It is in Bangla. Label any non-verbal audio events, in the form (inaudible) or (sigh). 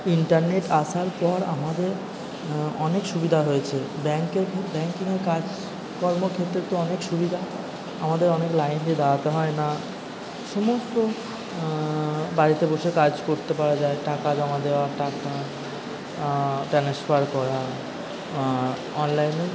ইন্টারনেট আসার পর আমাদের অনেক সুবিধা হয়েছে ব্যাঙ্কের (unintelligible) ব্যাঙ্কিংয়ের কাজ কর্মক্ষেত্রে তো অনেক সুবিধা আমাদের অনেক লাইন দিয়ে দাঁড়াতে হয় না সমস্ত বাড়িতে বসে কাজ করতে পারা যায় টাকা জমা দেওয়া টাকা ট্রান্সফার করা অনলাইনে